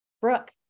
Brooke